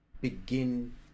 begin